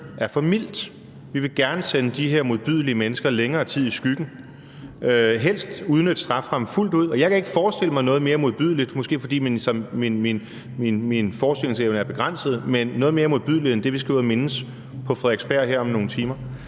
er for mildt; vi vil gerne sende de her modbydelige mennesker længere tid i skyggen og helst udnytte strafferammen fuldt ud. Og jeg kan ikke forestille mig noget mere modbydeligt – måske fordi min forestillingsevne er begrænset – end det, vi skal ud at mindes på Frederiksberg her om nogle timer.